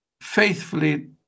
faithfully